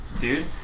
dude